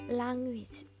language